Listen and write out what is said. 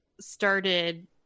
started